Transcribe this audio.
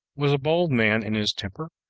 was a bold man in his temper,